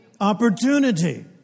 Opportunity